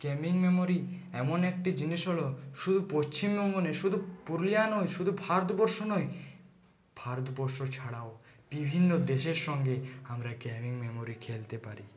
gaming memory এমন একটা জিনিস হল শুধু পশ্চিমবঙ্গ নয় শুধু পুরুলিয়া নয় শুধু ভারতবর্ষ নয় ভারতবর্ষ ছাড়াও বিভিন্ন দেশের সঙ্গে আমরা গেমিং মেমরি খেলতে পারি